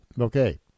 Okay